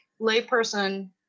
layperson